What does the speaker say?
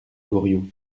goriot